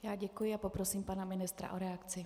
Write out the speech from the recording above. Já děkuji a poprosím pana ministra o reakci.